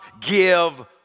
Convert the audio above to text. give